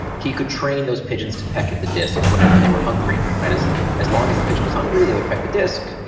he could train those pigeons to peck at the disc whenever they were hungry. as as long as the pigeon was hungry they would peck the disc,